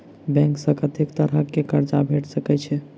Bank सऽ कत्तेक तरह कऽ कर्जा भेट सकय छई?